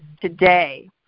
today